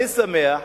אני גם שמח,